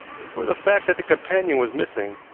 but for the fact that the companion was missing,